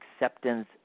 acceptance